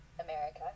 America